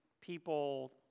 people